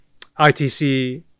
ITC